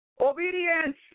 obedience